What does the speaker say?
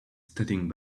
standing